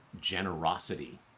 generosity